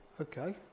okay